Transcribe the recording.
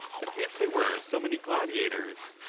as if they were so many gladiators?